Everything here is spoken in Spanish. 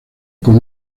con